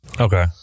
Okay